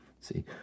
See